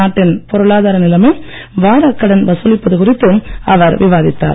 நாட்டின் பொருளாதார நிலைமை வராக்கடன் வசூலிப்பது குறித்து அவர் விவாதித்தார்